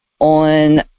on